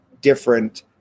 different